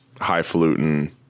highfalutin